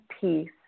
peace